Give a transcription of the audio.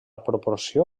proporció